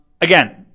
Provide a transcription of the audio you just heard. again